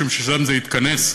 משום ששם זה התכנס,